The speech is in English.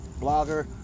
blogger